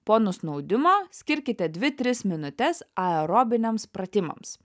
po nusnaudimo skirkite dvi tris minutes aerobiniams pratimams